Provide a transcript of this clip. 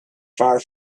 far